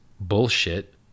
bullshit